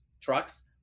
trucks